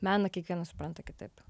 meną kiekvienas supranta kitaip